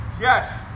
yes